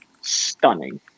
stunning